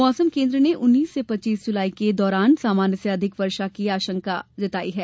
मौसम केन्द्र ने उन्नीस से पच्चीस जुलाई के दौरान सामान्य से अधिक वर्षा की आशंका व्यक्त की है